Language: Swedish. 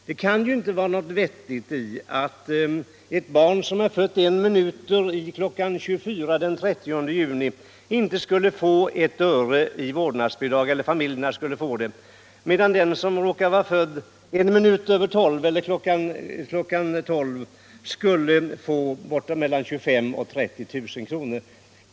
Det kan inte vara vettigt att en familj som får ett barn en minut i 12 natten till den 1 juli inte skulle få ett öre i vårdnadsbidrag, medan den familj som får sitt barn kl. 12 eller en minut över 12 skulle få mellan 25 000 och 30 000 kr.